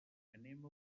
anem